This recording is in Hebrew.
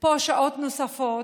פה שעות נוספות,